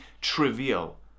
trivial